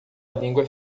língua